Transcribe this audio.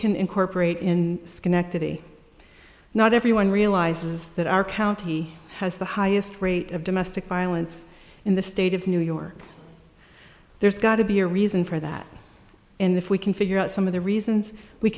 can incorporate in schenectady not everyone realizes that our county has the highest rate of domestic violence in the state of new york there's got to be a reason for that and if we can figure out some of the reasons we